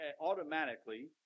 automatically